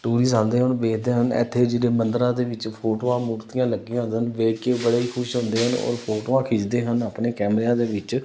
tourist ਆਉਂਦੇ ਹਨ ਉਹਨੂੰ ਦੇਖਦੇ ਹਨ ਇੱਥੇ ਜਿਹੜੇ ਮੰਦਰਾਂ ਦੇ ਵਿੱਚ ਫੋਟੋਆਂ ਮੂਰਤੀਆਂ ਲੱਗੀਆਂ ਹੁੰਦੀਆਂ ਹਨ ਉਹਨਾਂ ਨੂੰ ਦੇਖ ਕੇ ਬੜੇ ਹੀ ਖੁਸ਼ ਹੁੰਦੇ ਹਨ ਔਰ ਫੋਟੋਆਂ ਖਿੱਚਦੇ ਹਨ ਆਪਣੇ ਕੈਮਰਿਆਂ ਦੇ ਵਿੱਚ